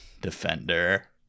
Defender